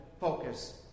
focus